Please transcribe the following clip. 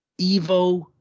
Evo